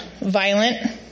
violent